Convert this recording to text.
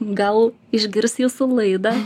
gal išgirs jūsų laidą